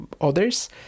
others